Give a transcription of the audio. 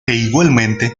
igualmente